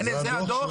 זה הדוח